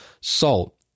salt